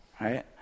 right